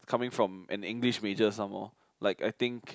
coming from an English major some more like I think